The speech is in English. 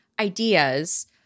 ideas